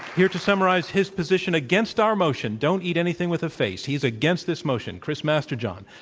here to summarize his position against our motion, don't eat anything with a face, he's against this motion, chris masterjohn,